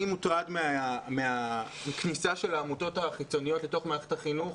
אני מוטרד מהכניסה של העמותות החיצוניות לתוך מערכת החינוך,